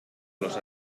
los